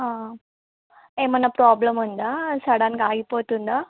ఏమైనా ప్రాబ్లెమ్ ఉందా సడన్గా ఆగిపోతుందా